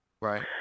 Right